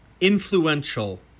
influential